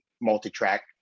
multi-track